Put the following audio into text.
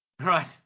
Right